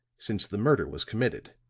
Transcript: since the murder was committed.